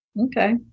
Okay